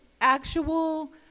actual